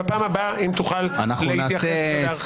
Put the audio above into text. בפעם הבאה אם תוכל להתייחס ולהרחיב.